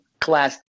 class